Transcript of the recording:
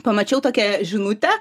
pamačiau tokią žinutę